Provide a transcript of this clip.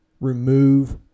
remove